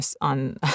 on